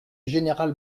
général